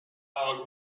our